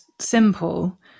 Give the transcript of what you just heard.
simple